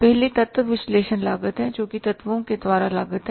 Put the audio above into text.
पहले तत्व विश्लेषण लागत है जोकि तत्वों के द्वारा लागत है